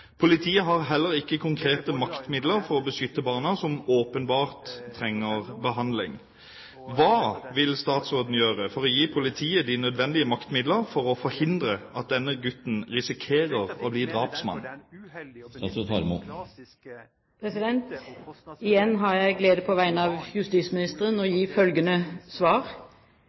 Politiet har heller ikke konkrete maktmidler for å beskytte barna som åpenbart trenger behandling. Hva vil statsråden gjøre for å gi politiet de nødvendige maktmidler for å forhindre at denne gutten risikerer å bli drapsmann?» Igjen har jeg gleden av på vegne av justisministeren å gi svar: